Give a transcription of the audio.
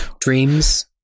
dreams